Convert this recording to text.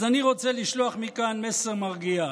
אז אני רוצה לשלוח מכאן מסר מרגיע: